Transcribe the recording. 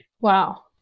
wow